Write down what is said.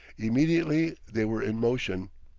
immediately they were in motion.